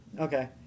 Okay